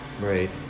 Right